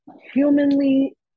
humanly